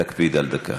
תקפיד על דקה.